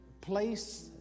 place